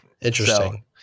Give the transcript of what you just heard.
Interesting